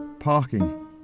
parking